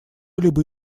либо